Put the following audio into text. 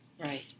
Right